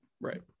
Right